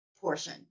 portion